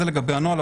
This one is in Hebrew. זה לגבי הנוהל.